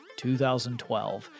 2012